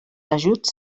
ajuts